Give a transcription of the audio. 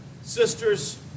sisters